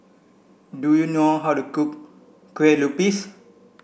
do you know how to cook Kue Lupis